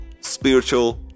spiritual